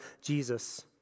Jesus